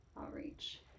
outreach